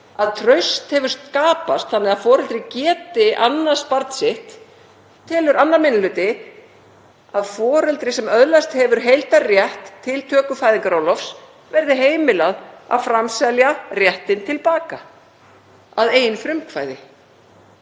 að traust hefur skapast þannig að foreldrar geti annast barn sitt telur annar minni hluti að foreldri sem öðlast hefur heildarrétt til töku fæðingarorlofs verði heimilað að framselja réttinn til baka að eigin frumkvæði.